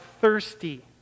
thirsty